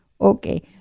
okay